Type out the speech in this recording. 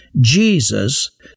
Jesus